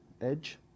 edge